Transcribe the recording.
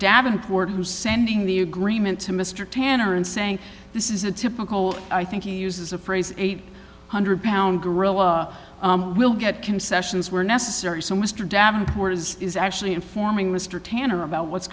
davenport who's sending the agreement to mr tanner and saying this is a typical i think he uses a phrase eight hundred pound gorilla will get concessions were necessary so mr davenport is is actually informing mr tanner about what's